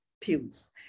pills